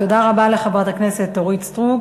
תודה רבה לחברת הכנסת אורית סטרוק.